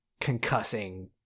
concussing